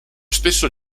stesso